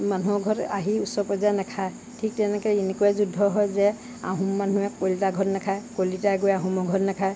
মানুহৰ ঘৰত আহি উচ্চ পৰ্যায়ে নেখায় ঠিক তেনেকৈ এনেকুৱাই যুদ্ধ হয় যে আহোম মানুহে কলিতাৰ ঘৰত নেখায় কলিতাই গৈ আহোমৰ ঘৰত নেখায়